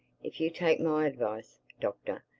if you take my advice, doctor,